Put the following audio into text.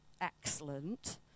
excellent